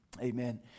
Amen